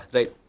Right